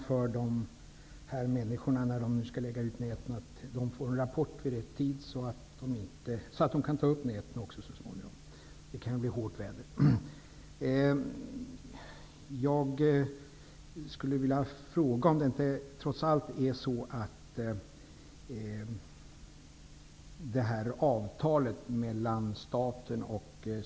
För dessa yrkesutövare är det viktigt att få sjövädersrapporter så att de kan ta upp sina nät i rätt tid, om det blir hårt väder.